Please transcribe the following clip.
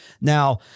Now